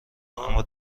اما